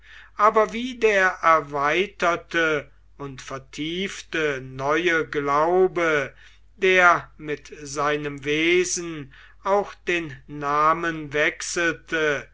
aber wie der erweiterte und vertiefte neue glaube der mit seinem wesen auch den namen wechselte